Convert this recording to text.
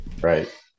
right